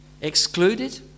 excluded